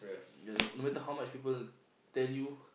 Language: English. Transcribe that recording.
ya no no matter how much people tell you